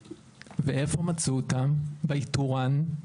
ואיפה מצאו אותם עם ה"איתוראן"?